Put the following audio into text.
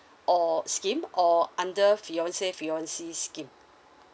or scheme or under fiance fiancee scheme